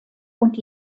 und